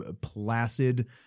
placid